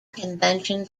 convention